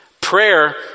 Prayer